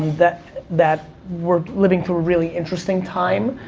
that that we're living through a really interesting time.